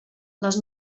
les